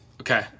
Okay